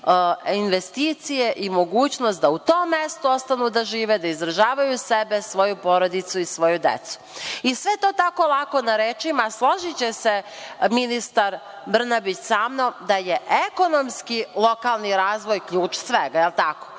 investicije i mogućnost da u tom mestu ostanu da žive, da izdržavaju sebe, svoju porodicu i svoju decu. I sve to tako lako na rečima, a složiće se ministar Brnabić sa mnom da je ekonomski lokalni razvoj ključ svega. Je li tako?